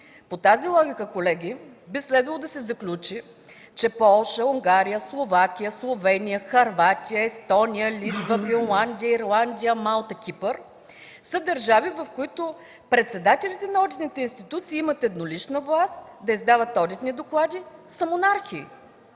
По тази логика, колеги, би следвало да се заключи, че Полша, Унгария, Словакия, Словения, Хърватия, Естония, Литва, Финландия, Ирландия, Малта, Кипър са държави, в които председателите на одитните институции имат еднолична власт да издават одитни доклади, са монархии.